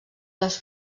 les